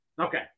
Okay